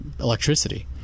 electricity